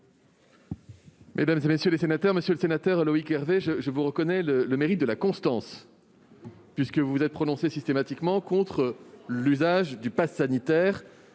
solidarités et de la santé. Monsieur le sénateur Loïc Hervé, je vous reconnais le mérite de la constance. Vous vous êtes prononcé systématiquement contre l'usage du passe sanitaire,